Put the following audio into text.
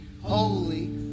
holy